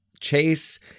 chase